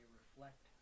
reflect